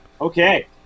Okay